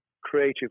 creative